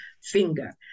finger